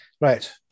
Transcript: Right